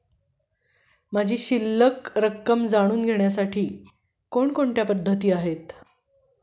माझी शिल्लक रक्कम जाणून घेण्यासाठी कोणकोणत्या पद्धती आहेत?